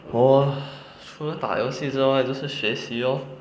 我除了打游戏之外就是学习 lor